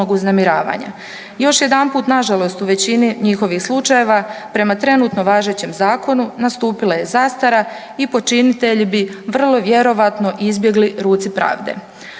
Još jedanput nažalost u većini njihovih slučajeva prema trenutno važećem zakonu nastupila je zastara i počinitelji bi vrlo vjerojatno izbjegli ruci pravde.